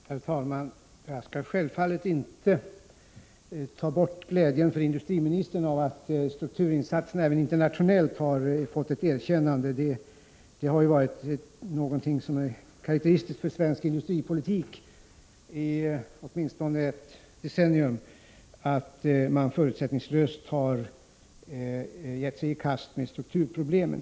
Herr talman! Jag skall självfallet inte frånta industriministern glädjen över att strukturinsatserna även internationellt har fått ett erkännande. Det har ju varit karakteristiskt för svensk industripolitik under åtminstone ett decennium att man förutsättningslöst har gett sig i kast med strukturproblemen.